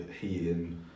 heating